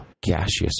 gaseous